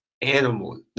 animals